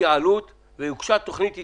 להתייעלות והוגשה תכנית התייעלות,